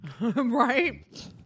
Right